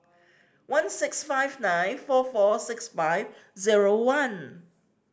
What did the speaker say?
one six five nine four four six five zero one